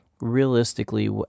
Realistically